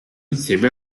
insieme